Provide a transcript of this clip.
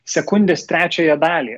sekundės trečiąją dalį